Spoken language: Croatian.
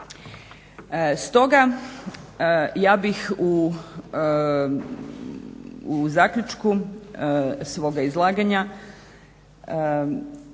Stoga, ja bih u zaključku svoga izlaganja